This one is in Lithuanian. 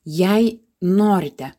jei norite